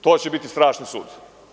To će biti strašni sud.